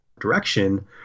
direction